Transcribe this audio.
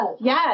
Yes